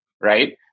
right